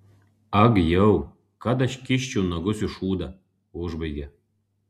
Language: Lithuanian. ag jau kad aš kiščiau nagus į šūdą užbaigė